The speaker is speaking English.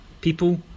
people